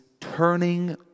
turning